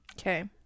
Okay